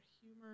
humor